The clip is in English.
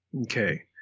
Okay